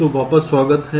तो वापस स्वागत है